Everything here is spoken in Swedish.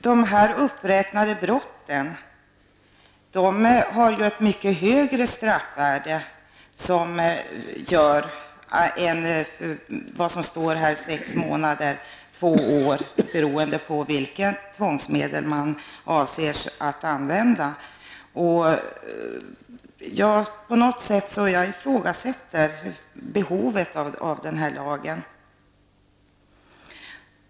De uppräknade brotten har ett mycket högre straffvärde än sex månader till två år, beroende på vilket tvångsmedel man avser att använda, och jag ifrågasätter behovet av den här lagen.